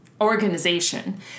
organization